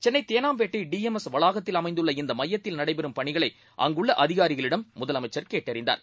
சென்னைதேனாம்பேட்டைடிஎம்எஸ்வளாகத்தில்அ மைந்துள்ளஇந்தமையத்தில்நடைபெறும்பணிகளைஅங்கு ள்ளஅதிகாரிகளிடம்முதலமைச்சர்கேட்டறிந்தார்